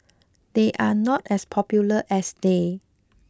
they are not as popular as they